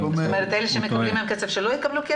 זאת אומרת אלה שמקבלים היום כסף, שלא יקבלו?